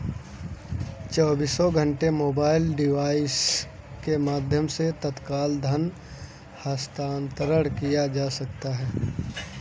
चौबीसों घंटे mobile device के माध्यम से तत्काल धन हस्तांतरण किया जा सकता है